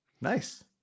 Nice